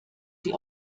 sie